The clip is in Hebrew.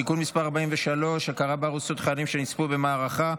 (תיקון מס' 43) (הכרה בארוסות חיילים שנספו במערכה),